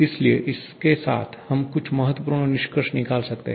इसलिए इसके साथ हम कुछ महत्वपूर्ण निष्कर्ष निकाल सकते हैं